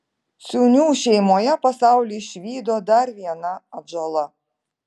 ciūnių šeimoje pasaulį išvydo dar viena atžala